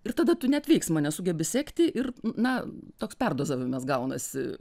ir tada tu net veiksmo nesugebi sekti ir na toks perdavimas gaunasi